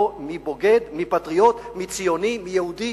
לא מי בוגד, מי פטריוט, מי ציוני, מי יהודי.